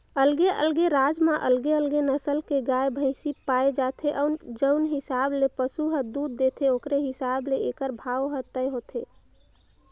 अलगे अलगे राज म अलगे अलगे नसल के गाय, भइसी पाए जाथे, जउन हिसाब ले पसु ह दूद देथे ओखरे हिसाब ले एखर भाव हर तय होथे